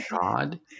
God